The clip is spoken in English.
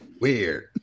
weird